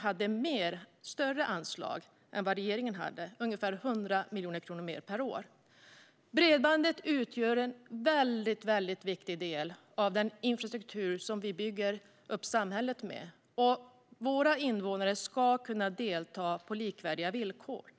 hade större anslag än vad regeringen hade - ungefär 100 miljoner kronor mer per år. Bredbandet utgör en väldigt viktig del av den infrastruktur som vi bygger upp samhället med. Våra invånare ska kunna delta på likvärdiga villkor.